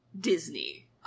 Disney